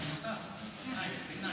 להלן תוצאות ההצבעה: בעד, 18, נגד,